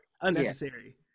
Unnecessary